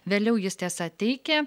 vėliau jis tiesa teikia